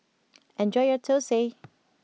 enjoy your Thosai